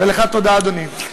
תודה, אדוני.